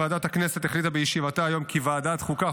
ועדת הכנסת החליטה בישיבתה היום כי ועדת החוקה,